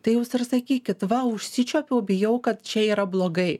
tai jūs ir sakykit va užsičiaupiau bijau kad čia yra blogai